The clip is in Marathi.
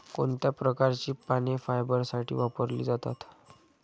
कोणत्या प्रकारची पाने फायबरसाठी वापरली जातात?